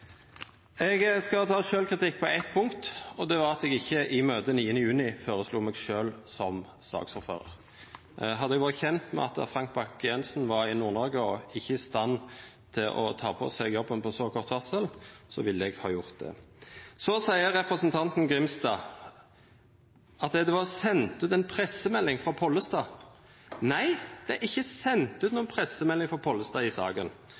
Eg skal ta sjølvkritikk på eit punkt, og det er at eg ikkje i møtet 9. juni føreslo meg sjølv som saksordførar. Hadde eg vore kjend med at Frank Bakke-Jensen var i Nord-Noreg og ikkje i stand til å ta på seg jobben på så kort varsel, ville eg ha gjort det. Så seier representanten Grimstad at det var sendt ut ei pressemelding frå Pollestad. Nei, det er ikkje sendt ut noka pressemelding frå Pollestad i saka.